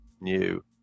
new